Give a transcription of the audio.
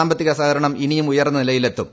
സാമ്പത്തിക സഹകരണം ഇനിയും ഉയർന്ന നിലയിലെത്തും